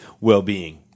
well-being